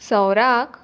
सोवराक